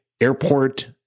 airport